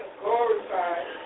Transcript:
glorified